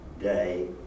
day